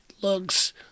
looks